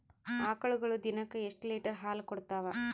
ಆಕಳುಗೊಳು ದಿನಕ್ಕ ಎಷ್ಟ ಲೀಟರ್ ಹಾಲ ಕುಡತಾವ?